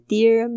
Dear